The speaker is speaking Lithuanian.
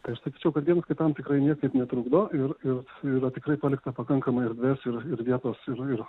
tai aš sakyčiau kad vienas kitam tikrai niekaip netrukdo ir ir yra tikrai palikta pakankamai erdvės ir ir vietos ir